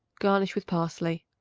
garnish with parsley.